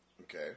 Okay